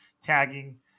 tagging